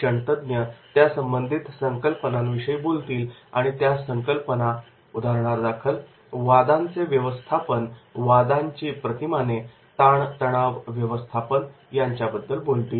शिक्षणतज्ञ त्यासंबंधित संकल्पनांविषयी बोलतील आणि त्या संकल्पना उदाहरणादाखल वादांचे व्यवस्थापन वादांची प्रतिमाने ताणतणाव व्यवस्थापन यांच्याबद्दल बोलतील